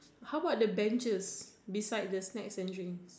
how about the benches besides the snacks and drink